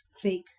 fake